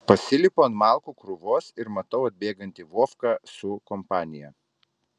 pasilipu ant malkų krūvos ir matau atbėgantį vovką su kompanija